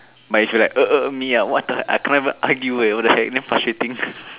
but if you like uh uh uh me ah what the I can't even argue eh what the heck damn frustrating